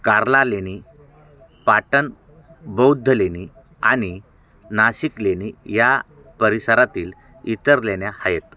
कार्ला लेणी पाटन बौद्ध लेणी आणि नाशिक लेणी या परिसरातील इतर लेण्या आहेत